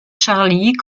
charlie